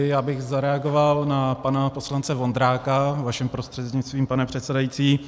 Já bych zareagoval na pana poslance Vondráka vaším prostřednictvím, pane předsedající.